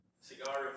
Cigar